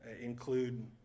include